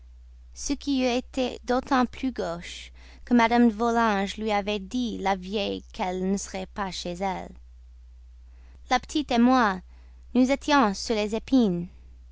ce qui eût été d'autant plus gauche que mme de volanges lui avait dit la veille qu'elle ne serait pas chez elle la petite moi nous étions sur les épines